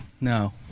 no